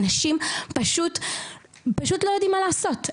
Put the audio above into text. אנשים פשוט לא יודעים מה לעשות,